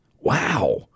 Wow